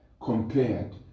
compared